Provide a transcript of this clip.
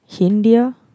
India